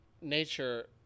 nature